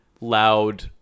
loud